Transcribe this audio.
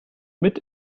mit